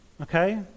okay